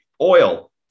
oil